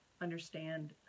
understand